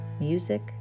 music